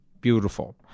beautiful